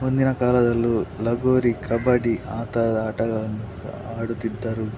ಮುಂದಿನ ಕಾಲದಲ್ಲೂ ಲಗೋರಿ ಕಬಡ್ಡಿ ಆ ಥರದ ಆಟಗಳನ್ನು ಸಹಾ ಆಡುತ್ತಿದ್ದರು